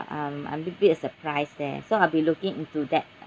um a little bit of surprise there so I'll be looking into that